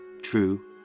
true